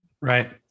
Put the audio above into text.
Right